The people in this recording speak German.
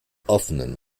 offenen